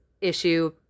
issue